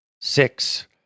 six